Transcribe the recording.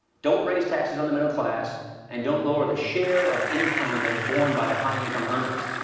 don't raise taxes on the middle class and don't lower the share of income that is borne by the high-income earners.